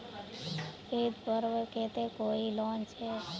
ईद पर्वेर केते कोई लोन छे?